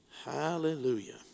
Hallelujah